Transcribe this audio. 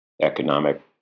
economic